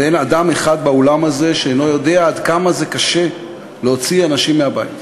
ואין אדם אחד באולם הזה שאינו יודע עד כמה זה קשה להוציא אנשים מהבית.